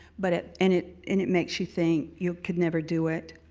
but it and it and it makes you think you could never do it,